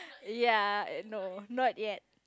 ya no not yet